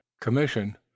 commission